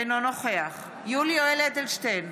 אינו נוכח יולי יואל אדלשטיין,